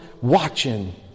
watching